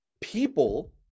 people